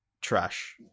trash